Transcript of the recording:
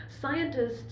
Scientists